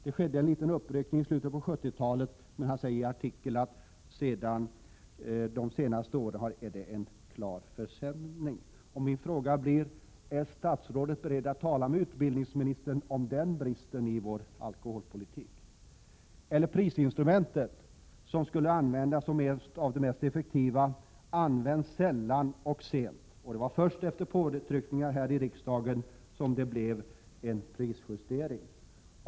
Det skedde en uppryckning under slutet av 1970-talet, men Björn Hibell påpekar i sin artikel att en klar försämring har skett de senaste åren. Prisinstrumentet, som skulle vara ett av de mest effektiva medlen, används sällan eller sent. Först efter påtryckningar här i riksdagen blev det en prisjustering.